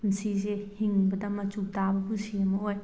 ꯄꯨꯟꯁꯤꯁꯤ ꯍꯤꯡꯕꯗ ꯃꯆꯨ ꯇꯥꯕ ꯄꯨꯟꯁꯤ ꯑꯃ ꯑꯣꯏ